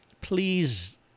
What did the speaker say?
Please